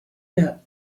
der